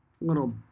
Little